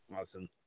Awesome